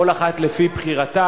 כל אחת לפי בחירתה,